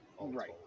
Right